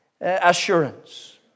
assurance